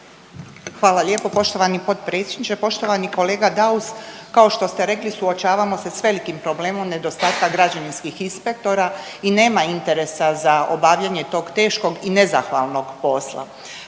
Hvala lijepo poštovani potpredsjedniče. Poštovani kolega Daus, kao što ste rekli suočavamo se sa velikim problemom nedostatka građevinskih inspektora i nema interesa za obavljanje tog teškog i nezahvalnog posla.